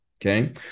Okay